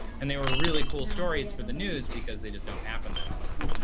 and they were really cool stories for the news, because they just don't happen that often.